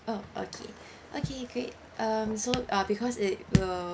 oh okay okay great um so uh because it will